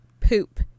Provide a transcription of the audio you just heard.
poop